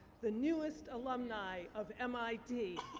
the newest alumni of mit.